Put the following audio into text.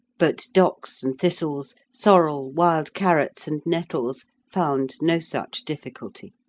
but docks and thistles, sorrel, wild carrots, and nettles, found no such difficulty.